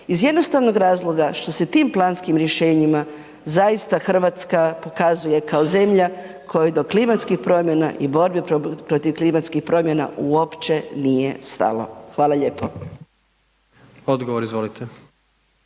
Iz jednostavnog razloga što se tim planskim rješenjima zaista Hrvatska pokazuje kao zemlja kojoj do klimatskih promjena i borbi protiv klimatskih promjena uopće nije stalo. Hvala lijepo. **Jandroković,